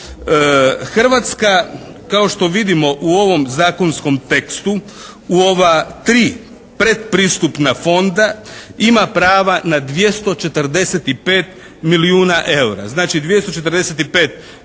Hrvatska kao što vidimo u ovom zakonskom tekstu u ova tri predpristupna fonda ima prava na 245 milijuna eura. Znači, 245 milijuna